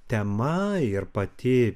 tema ir pati